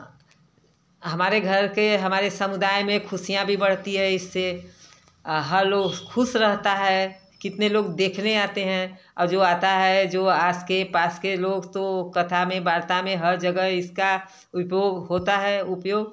हमारे घर के हमारे समुदाय में खुशियाँ भी बढ़ती हैं इससे हर लोग खुश रहता है कितने लोग देखने आते हैं और जो आता है जो आस के पास के लोग तो कथा में वार्ता में हर जगह इसका उपयोग होता है उपयोग